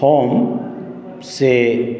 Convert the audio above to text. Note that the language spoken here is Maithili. हम से